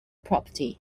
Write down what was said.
property